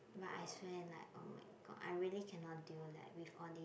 but I swear like oh-my-god I really cannot deal like with all these